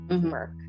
work